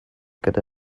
gyda